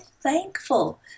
thankful